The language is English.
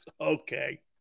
Okay